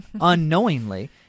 unknowingly